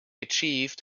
achieved